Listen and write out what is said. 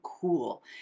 cool